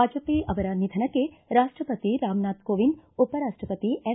ವಾಜಪೇಯಿ ಅವರ ನಿಧನಕ್ಕೆ ರಾಷ್ಪಪತಿ ರಾಮನಾಥ್ ಕೋವಿಂದ್ ಉಪರಾಷ್ಷಪತಿ ಎಂ